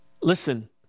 listen